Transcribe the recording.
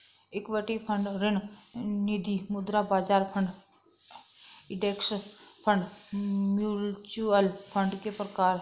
equity fund ऋण निधिमुद्रा बाजार fund index fund mutual fund के प्रकार हैं